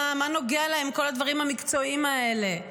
מה נוגעים להם כל הדברים המקצועיים האלה?